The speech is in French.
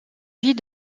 vie